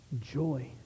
joy